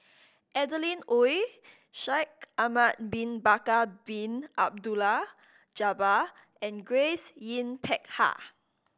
Adeline Ooi Shaikh Ahmad Bin Bakar Bin Abdullah Jabbar and Grace Yin Peck Ha